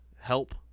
help